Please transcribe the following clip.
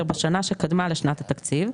בדצמבר בשנה שקדמה לשנת התקציב,